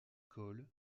cole